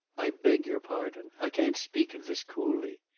i beg your pardon. i can't speak of this coolly.